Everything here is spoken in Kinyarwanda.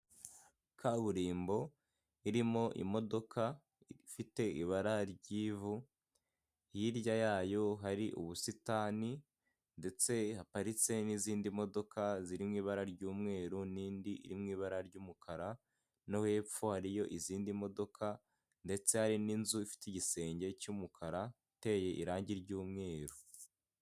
Kaburimbo irimo imodoka ifite ibara ry'ivu, hirya yayo hari ubusitani ndetse haparitse n'izindi modoka ziri mu ibara ry'umweru n'indi iri mu ibara ry'umukara, no hepfo hariyo izindi modoka, ndetse hari n'inzu ifite igisenge cy'umukara iteye irangi ry'umweru.